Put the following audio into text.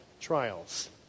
trials